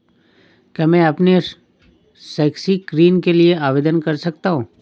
क्या मैं अपने शैक्षिक ऋण के लिए आवेदन कर सकता हूँ?